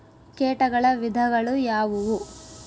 ಕೇಟಗಳ ವಿಧಗಳು ಯಾವುವು?